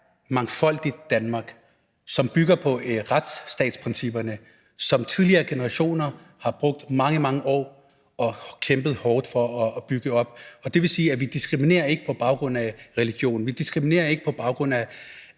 mangfoldigt Danmark, som bygger på retsstatsprincipperne, som tidligere generationer har kæmpet hårdt for og brugt mange, mange år på at bygge op, og det vil sige, at vi ikke diskriminerer på baggrund af religion, at vi ikke diskriminerer på baggrund af